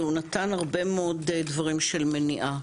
הוא נתן הרבה מאוד דברים של מניעה.